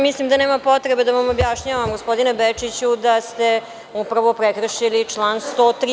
Mislim da nema potrebe da vam objašnjavam gospodine Bečiću, upravo ste prekršili član 103.